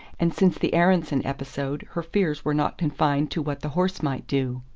and since the aaronson episode her fears were not confined to what the horse might do.